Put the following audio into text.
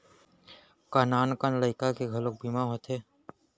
का नान कन लइका के घलो बीमा होथे?